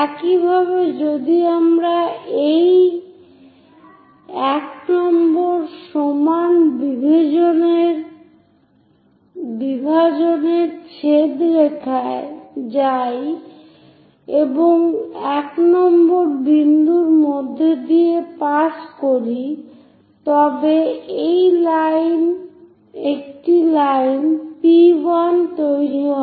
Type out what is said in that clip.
একইভাবে যদি আমরা এই 1 নম্বর সমান বিভাজনের ছেদ রেখায় যাই এবং 1 নম্বর বিন্দুর মধ্য দিয়ে পাস করি তবে একটি লাইন P1 তৈরি হয়